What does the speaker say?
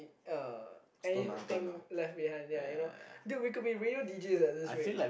uh anything left behind yeah you know dude we could be radio deejay at this rate